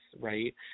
right